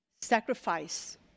sacrifice